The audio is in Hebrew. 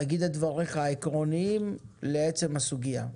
תגיד את דבריך העקרוניים לעצם הסוגיה,